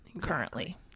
currently